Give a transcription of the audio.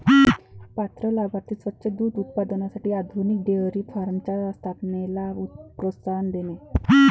पात्र लाभार्थी स्वच्छ दूध उत्पादनासाठी आधुनिक डेअरी फार्मच्या स्थापनेला प्रोत्साहन देणे